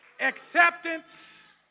acceptance